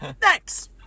Thanks